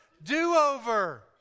do-over